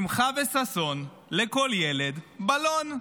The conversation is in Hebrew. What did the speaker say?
שמחה וששון, לכל ילד בלון.